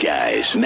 Guys